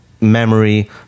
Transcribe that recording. memory